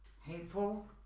hateful